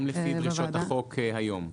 גם לפי דרישות החוק היום.